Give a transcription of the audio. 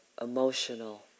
emotional